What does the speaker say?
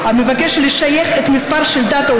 אתמול נפגשנו בבית הנשיא עם נציגים שלהם,